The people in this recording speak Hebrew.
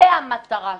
זו המטרה שלנו.